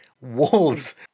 Wolves